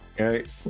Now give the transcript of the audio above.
Okay